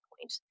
point